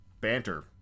banter